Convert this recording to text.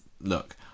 look